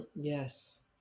Yes